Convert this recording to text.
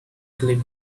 clip